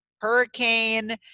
Hurricane